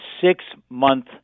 six-month